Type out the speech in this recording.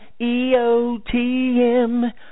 EOTM